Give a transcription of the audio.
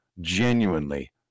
genuinely